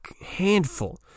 handful